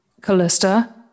Callista